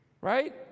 right